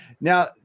Now